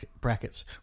brackets